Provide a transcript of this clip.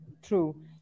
True